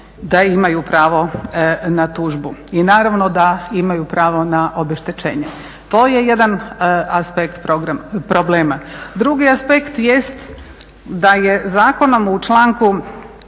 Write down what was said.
da imaju pravo na tužbu. I naravno da imaju pravo na obeštećenje. To je jedan aspekt problema. Drugi aspekt jest da je zakonom u članku